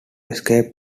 escape